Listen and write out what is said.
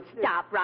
stop